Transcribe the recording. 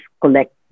collect